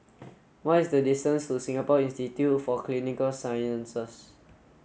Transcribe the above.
what is the distance to Singapore Institute for Clinical Sciences